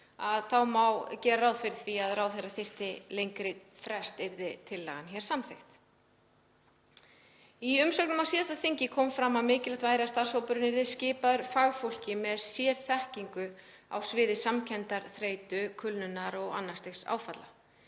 þing, má gera ráð fyrir því að ráðherra þyrfti lengri frest yrði tillagan samþykkt. Í umsögnum á síðasta þingi kom fram að mikilvægt væri að starfshópurinn yrði skipaður fagfólki með sérþekkingu á sviði samkenndarþreytu, kulnunar og annars stigs áfalla.